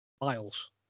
Miles